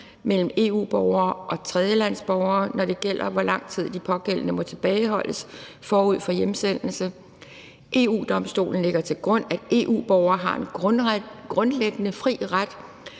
mellem EU-borgere og tredjelandsborgere, når det gælder om, hvor lang tid de pågældende må tilbageholdes forud for hjemsendelse. EU-Domstolen lægger til grund, at EU-borgere har en grundlæggende ret